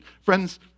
Friends